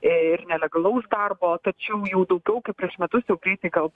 ir nelegalaus darbo tačiau jau daugiau kaip prieš metus jau greitai gal